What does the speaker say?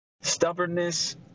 Stubbornness